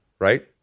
right